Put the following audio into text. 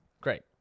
great